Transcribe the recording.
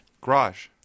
Garage